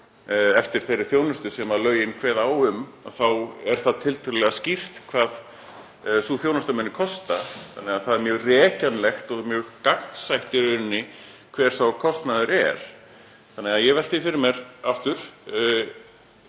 eftir þeirri þjónustu sem lögin kveða á um þá er það tiltölulega skýrt hvað sú þjónusta muni kosta þannig að það er mjög rekjanlegt og er mjög gagnsætt í rauninni hver sá kostnaður er. Þannig að ég velti því fyrir mér aftur: